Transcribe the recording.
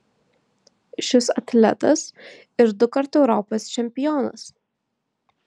šis atletas ir dukart europos čempionas